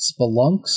Spelunks